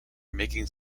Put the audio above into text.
making